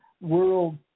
world